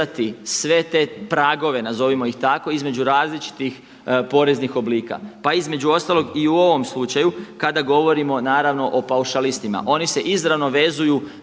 sve te pragove, nazovimo ih tako, između različitih poreznih oblika pa između ostalog i u ovom slučaju kada govorimo o paušalistima. Oni se izravno vezuju